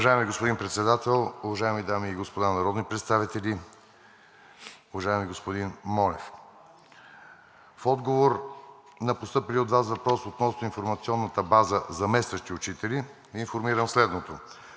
Уважаеми господин Председател, уважаеми дами и господа народни представители! Уважаеми господин Монев, в отговор на постъпилия от Вас въпрос относно информационната база „Заместващи учители“ Ви информирам следното.